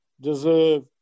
deserve